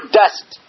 dust